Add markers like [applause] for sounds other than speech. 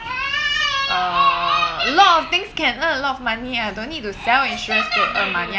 [noise] a lot of things can earn a lot of money I don't need to sell insurance to earn money ya